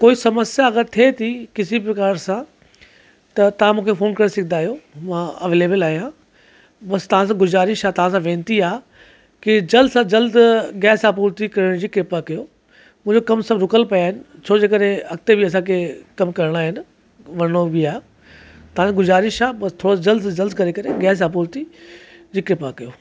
कोई सम्स्या अगरि थिए थी किसी प्रकार सां त तव्हां मूंखे फ़ोन करे सघंदा आहियो मां अवेलेबल आहियां बस तव्हां सां गुज़ारिश आहे तव्हां सां वेनिती आहे कि जल्द सां जल्द गैस आपूर्ति करण जी कृपा कयो मुंहिंजो कम सभु रुकल पिया आहिनि छो जेकॾहिं अॻिते बि असांखे कम करिणा आहिनि वञिणो बि आहे तव्हां खे गुज़ारिश आहे बस थोरो सो जद सां जल्द करे करे गैस आपूर्ति जी कृपा कयो